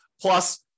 Plus